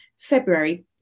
February